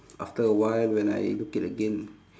after a while when I look it again